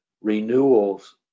renewals